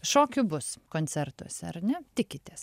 šokių bus koncertuose ar ne tikitės